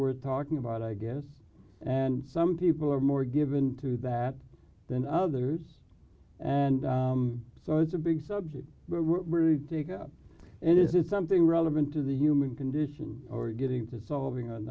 we're talking about i guess and some people are more given to that than others and so it's a big subject really dig up and is it something relevant to the human condition or getting to solving on